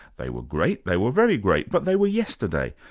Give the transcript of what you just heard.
they were great, they were very great, but they were yesterday,